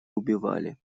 убивали